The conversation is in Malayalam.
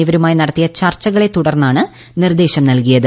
എന്നിവരുമായി നടത്തിയ ചർച്ചകളെ തുടർന്നാണ് നിർദ്ദേശം നൽകിയത്